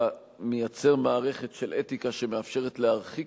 אתה מייצר מערכת של אתיקה שמאפשרת להרחיק